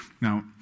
Now